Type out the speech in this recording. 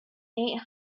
eight